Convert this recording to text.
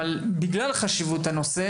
ובגלל חשיבותו,